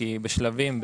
בשלבים,